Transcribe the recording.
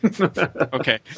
okay